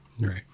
Right